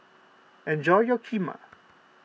enjoy your Kheema